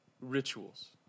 rituals